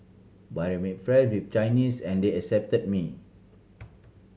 but I made friends with Chinese and they accepted me